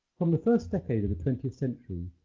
from the first decade of the twentieth century,